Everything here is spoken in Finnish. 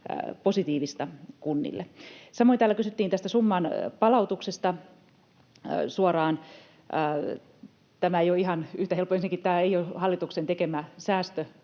positiivista kunnille. Samoin täällä kysyttiin tästä summan palautuksesta suoraan. Tämä ei ole ihan yhtä helppo. Ensinnäkin tämä ei ole hallituksen tekemä säästö